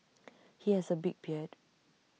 he has A big beard